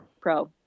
Pro